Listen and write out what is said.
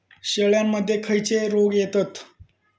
शेळ्यामध्ये खैचे रोग येतत?